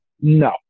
No